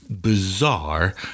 bizarre